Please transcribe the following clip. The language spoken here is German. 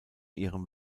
ihrem